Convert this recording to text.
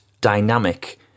dynamic